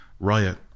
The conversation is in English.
Riot